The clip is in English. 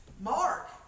Mark